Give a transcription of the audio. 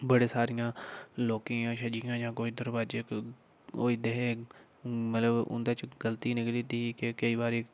बड़े सारियां लोकें दियां जियां कोई दरबाज़ा होई दे हे मतलब उं'दे च गलती निकली जंदी ही क केईं बारी